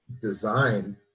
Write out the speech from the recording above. designed